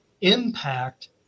impact